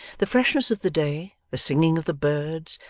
the freshness of the day, the singing of the birds,